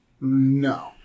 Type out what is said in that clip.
no